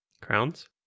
Crowns